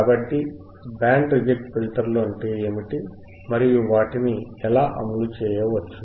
కాబట్టి band reject ఫిల్టర్లు అంటే ఏమిటి మరియు వాటిని ఎలా అమలు చేయవచ్చు